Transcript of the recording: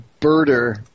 birder